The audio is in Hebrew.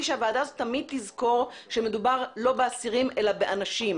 שהוועדה הזאת תמיד תזכור שמדובר לא באסירים אלא באנשים,